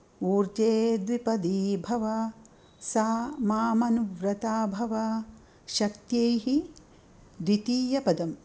ऊर्जे द्विपदी भव सा मामनुव्रता भव शक्त्यैः द्वितीयपदम्